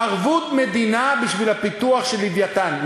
ערבות מדינה בשביל הפיתוח של "לווייתן".